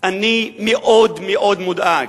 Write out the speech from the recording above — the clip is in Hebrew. אני מאוד מאוד מודאג.